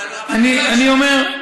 אני אומר,